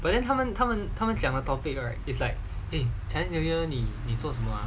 but then 他们他们他们讲的 topic right it's like eh chinese new year 你你做什么 ah